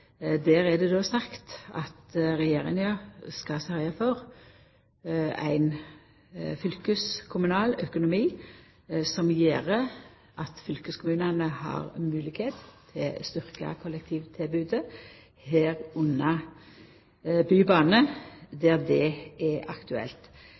Der er det sagt at Regjeringa skal sørgja for ein fylkeskommunal økonomi som gjer at fylkeskommunane har moglegheit til å styrkja kollektivtilbodet, herunder bybane